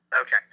Okay